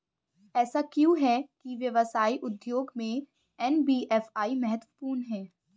ऐसा क्यों है कि व्यवसाय उद्योग में एन.बी.एफ.आई महत्वपूर्ण है?